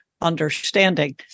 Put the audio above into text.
understanding